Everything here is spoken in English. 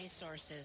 resources